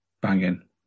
banging